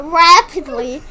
rapidly